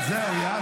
די.